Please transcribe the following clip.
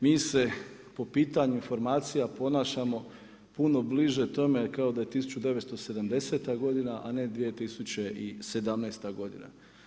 Mi se po pitanju informacija ponašamo puno bliže tome kao da je 1970. godina, a ne 2017. godina.